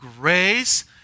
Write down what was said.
grace